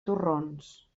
torrons